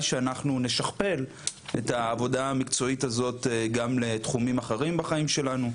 שאנחנו נשכפל את העבודה המקצועית הזאת גם לתחומים אחרים בחיים שלנו.